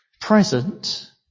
present